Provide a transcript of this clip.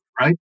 right